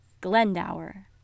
Glendower